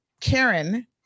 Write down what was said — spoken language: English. Karen